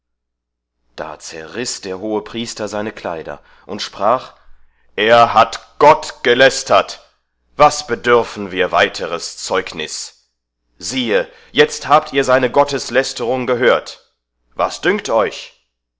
da zerriß der hohepriester seine kleider und sprach er hat gott gelästert was bedürfen wir weiteres zeugnis siehe jetzt habt ihr seine gotteslästerung gehört was dünkt euch